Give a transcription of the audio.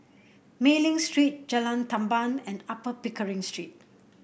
Mei Ling Street Jalan Tamban and Upper Pickering Street